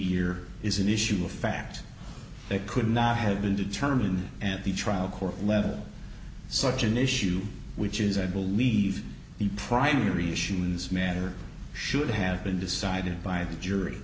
year is an issue of fact they could not have been determined at the trial court level such an issue which is i believe the primary issue in this matter should have been decided by the jury